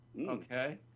Okay